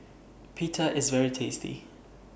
Pita IS very tasty